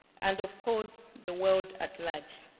and of course, the world at large.